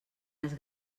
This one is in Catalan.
les